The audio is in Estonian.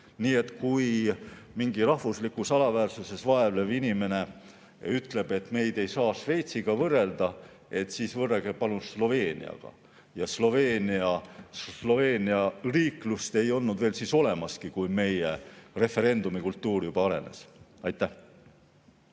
Nii et kui mingi rahvuslikus alaväärsuses vaevlev inimene ütleb, et meid ei saa Šveitsiga võrrelda, siis võrrelge palun Sloveeniaga. Ja Sloveenia riiklust ei olnud veel olemaski, kui meie referendumikultuur juba arenes. Mihhail